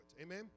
amen